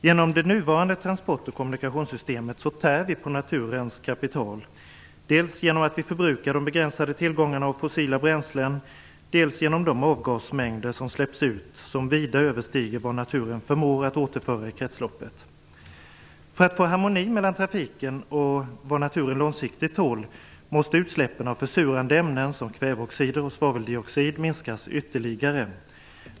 Genom det nuvarande transport och kommunikationssystemet tär vi på naturens kapital, dels genom att vi förbrukar de begränsade tillgångarna av fossila bränslen, dels genom de avgasmängder som släpps ut, som vida överstiger vad naturen förmår att återföra i kretsloppet. För att få harmoni mellan trafiken och vad naturen långsiktigt tål måste utsläppen av försurande ämnen, som kväveoxider och svaveldioxid, minskas ytterligare.